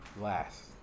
last